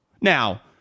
Now